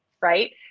Right